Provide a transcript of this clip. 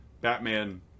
batman